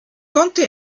konnte